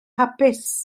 hapus